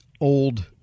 old